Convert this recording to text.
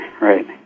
right